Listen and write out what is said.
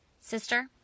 sister